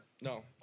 no